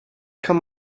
come